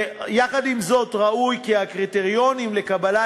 ויחד עם זה ראוי כי הקריטריונים לקבלת